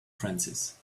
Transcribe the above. francis